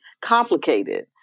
complicated